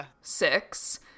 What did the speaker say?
six